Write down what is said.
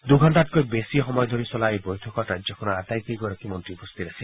দুঘণ্টাতকৈ বেছি সময় ধৰি চলা এই বৈঠকত ৰাজ্যখনৰ আটাই কেইগৰাকী মন্ত্ৰী উপস্থিত আছিল